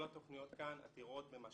כל התוכניות כאן עתירות במשאבים,